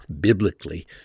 biblically